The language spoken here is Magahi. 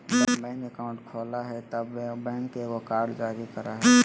बैंक अकाउंट खोलय हइ तब बैंक एगो कार्ड जारी करय हइ